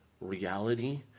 reality